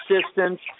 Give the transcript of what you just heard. assistance